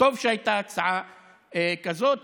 טוב שהייתה הצעה כזאת,